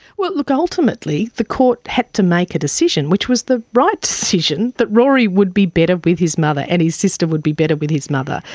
well look, ultimately the court had to make a decision which was the right decisions, that rory would be better with his mother and his sister would be better with his mother.